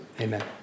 amen